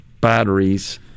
batteries